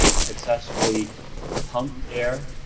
successively pump air